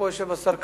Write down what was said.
פה יושב השר כחלון,